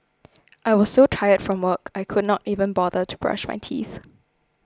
I was so tired from work I could not even bother to brush my teeth